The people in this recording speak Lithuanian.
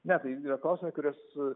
ne tai yra klausimai kuriuos